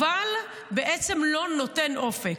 אבל בעצם לא נותן אופק.